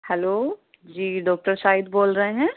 hello ji doctor Shahid بول رہے ہیں